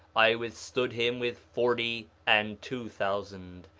i withstood him with forty and two thousand.